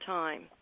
time